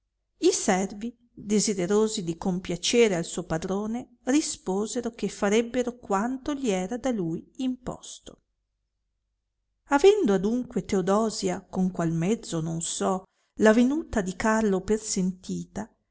i servi desiderosi di compiacere al suo padrone risposero che farebbero quanto gli era da lui imposto avendo adunque teodosia con qual mezzo non so la venuta di carlo persentita